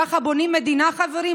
ככה בונים מדינה, חברים?